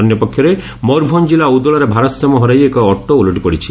ଅନ୍ୟପକ୍ଷରେ ମୟରଭଞ ଜିଲ୍ଲା ଉଦଳାରେ ଭାରସାମ୍ୟ ହରାଇ ଏକ ଅଟୋ ଓଲଟି ପଡ଼ିଛି